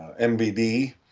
MBD